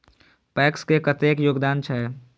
PACS के कतेक योगदान छै?